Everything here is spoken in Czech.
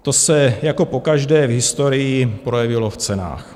To se jako pokaždé v historii projevilo v cenách.